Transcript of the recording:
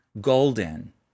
golden